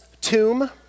tomb